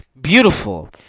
Beautiful